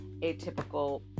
atypical